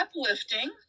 uplifting